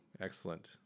excellent